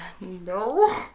No